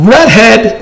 Redhead